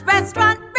Restaurant